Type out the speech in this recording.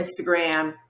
Instagram